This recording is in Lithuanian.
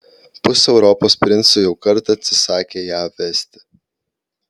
pusė europos princų jau kartą atsisakė ją vesti